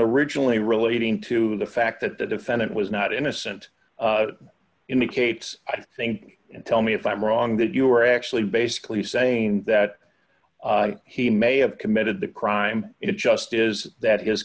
originally relating to the fact that the defendant was not innocent indicates i think and tell me if i'm wrong that you are actually basically saying that he may have committed the crime it just is that his